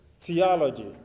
theology